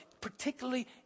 particularly